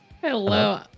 Hello